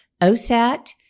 OSAT